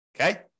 Okay